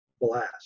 blast